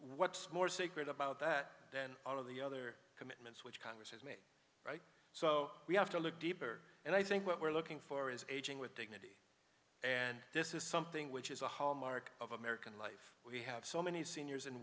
what's more sacred about that and all of the other commitments which congress has made right so we have to look deeper and i think what we're looking for is aging with dignity and this is something which is a hallmark of american life we have so many seniors